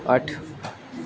ਅੱਠ